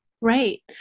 Right